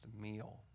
meal